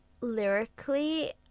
lyrically